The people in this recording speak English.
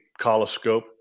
coloscope